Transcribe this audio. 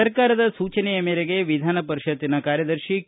ಸರ್ಕಾರದ ಸೂಚನೆಯ ಮೇರೆಗೆ ವಿಧಾನ ಪರಿಷತ್ತಿನ ಕಾರ್ಯದರ್ಶಿ ಕೆ